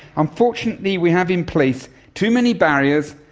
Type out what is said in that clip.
unfortunately we have in place too many barriers,